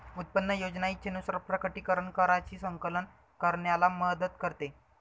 उत्पन्न योजना इच्छेनुसार प्रकटीकरण कराची संकलन करण्याला मदत करते